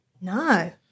No